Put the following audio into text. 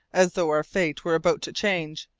as though our fate were about to change,